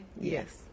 Yes